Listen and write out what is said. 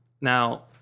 Now